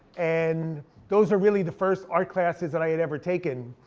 and those are really the first art classes that i had ever taken.